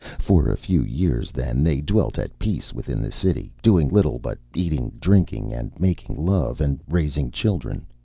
for a few years, then, they dwelt at peace within the city, doing little but eating, drinking and making love, and raising children.